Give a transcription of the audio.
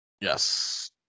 yes